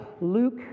Luke